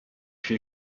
viel